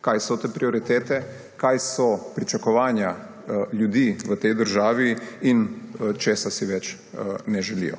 kaj so te prioritete, kaj so pričakovanja ljudi v tej državi in česa si več ne želijo.